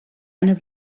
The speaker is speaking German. einer